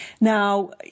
Now